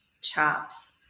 chops